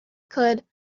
could